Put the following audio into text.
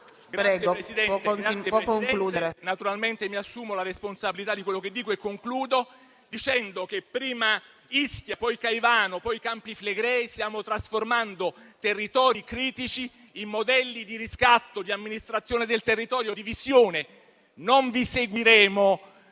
Signor Presidente, naturalmente mi assumo la responsabilità di quello che dico. Prima Ischia, poi Caivano, poi i Campi Flegrei: stiamo trasformando territori critici in modelli di riscatto, di amministrazione del territorio, di visione. Non vi seguiremo